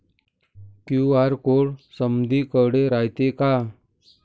QR code समदीकडे रायतो का?